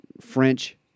French